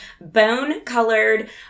bone-colored